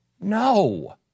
No